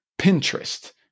Pinterest